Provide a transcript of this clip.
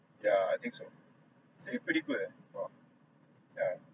yeah I think so eh pretty good eh !wah! yeah